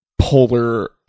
polar